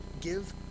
give